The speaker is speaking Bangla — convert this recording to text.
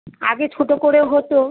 আগে ছোটো করে হতো